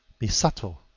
be subtle!